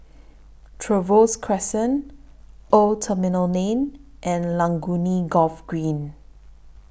Trevose Crescent Old Terminal Lane and Laguna Golf Green